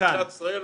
שנייה ושלישית.